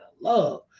love